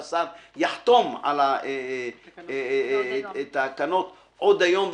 שהשר יחתום על התקנות עוד היום,